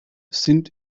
sind